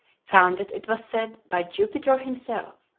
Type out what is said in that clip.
founded, it was said, by jupiter himself.